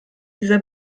dieser